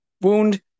wound